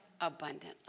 abundantly